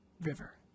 river